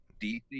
DC